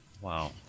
Wow